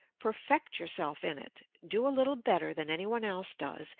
perfect yourself in it. do a little better than anyone else does,